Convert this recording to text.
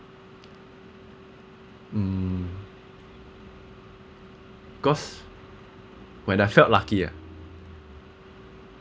mm cause when I felt lucky ah